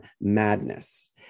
madness